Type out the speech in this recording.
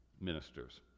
ministers